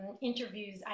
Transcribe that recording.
interviews